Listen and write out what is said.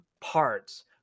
parts